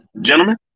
Gentlemen